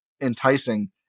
enticing